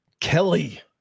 Kelly